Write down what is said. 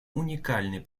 уникальный